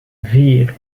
vier